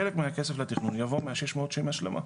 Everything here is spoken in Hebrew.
חלק מהכסף של התכנון יבוא מהשש מאות של ההשלמה.